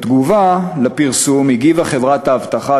בתגובה לפרסום הגיבה חברת האבטחה,